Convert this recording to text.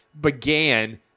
began